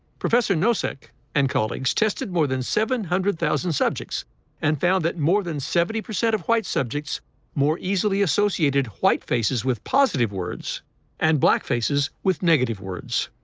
professor nosek and colleagues tested more than seven hundred thousand subjects and found that more than seventy percent of white subjects more easily associated white faces with positive words and black faces with negative words,